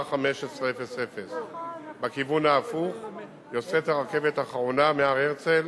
15:00. בכיוון ההפוך יוצאת הרכבת האחרונה מהר-הרצל